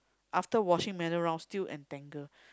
after washing many rounds still entangle